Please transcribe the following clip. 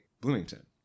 Bloomington